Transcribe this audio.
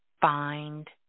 find